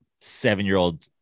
seven-year-old